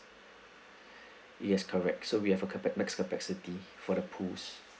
yes correct so we have a carpet max capacity for the pools